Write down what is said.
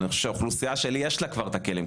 אבל אני חושב שהאוכלוסייה שלי יש לה כבר את הכלים,